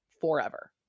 forever